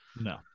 No